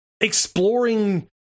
exploring